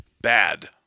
Bad